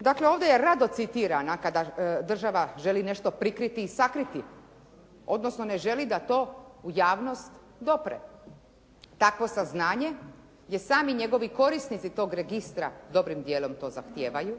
Dakle, ovdje je rado citirana kada država želi nešto prikriti i sakriti odnosno ne želi da u javnost to dopre. Takvo saznanje jer sami njegovi korisnici tog registra dobrim djelom to zahtijevaju.